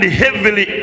heavily